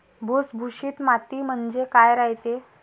भुसभुशीत माती म्हणजे काय रायते?